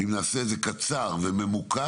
אם נעשה את זה קצר וממוקד,